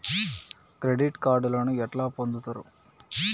Credit కార్డులను ఎట్లా పొందుతరు?